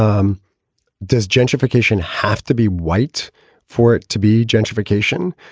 um does gentrification have to be white for it to be gentrification?